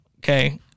Okay